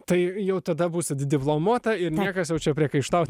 tai jau tada būsi diplomuota ir niekas jau čia priekaištauti